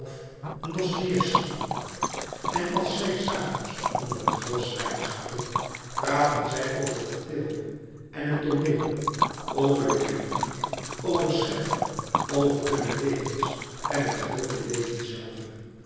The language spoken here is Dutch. en als zij s avonds onder een glas wijn zaten praatten zij over mathilde en het tooneel louis couperus metamorfoze over de kritiek over scheffer over hunne levens en het groote leven zelve